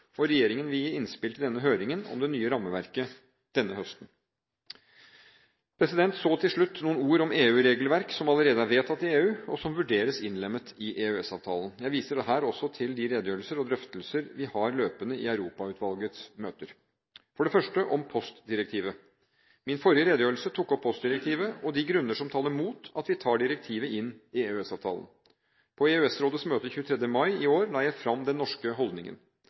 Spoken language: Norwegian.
år. Regjeringen vil gi innspill til en høring om det nye rammeverket denne høsten. Så til slutt noen ord om EU-regelverk som allerede er vedtatt i EU, og som vurderes innlemmet i EØS-avtalen. Jeg viser her også til de redegjørelser og drøftelser vi har løpende i Europautvalgets møter. For det første – om postdirektivet: Min forrige redegjørelse tok opp postdirektivet og de grunner som taler mot at vi tar direktivet inn i EØS-avtalen. På EØS-rådets møte 23. mai i år la jeg fram den norske holdningen.